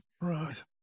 Right